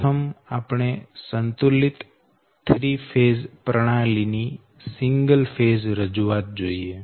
પ્રથમ આપણે સંતુલિત 3 ફેઝ પ્રણાલી ની સિંગલ ફેઝ રજૂઆત જોઈએ